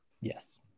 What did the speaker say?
Yes